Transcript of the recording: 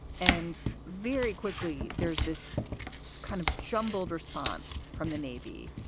and very quickly, there's this kind of jumbled response from the navy.